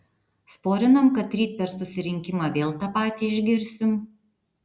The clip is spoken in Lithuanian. sporinam kad ryt per susirinkimą vėl tą patį išgirsim